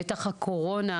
בטח הקורונה,